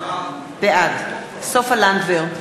בעד סופה לנדבר,